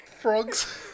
Frogs